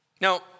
Now